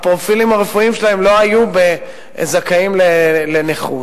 שהפרופילים הרפואיים שלהם לא היו ב"זכאים לנכות",